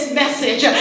message